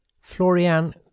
Florian